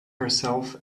herself